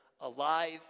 alive